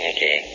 Okay